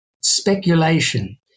speculation